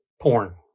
porn